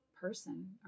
person